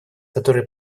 которая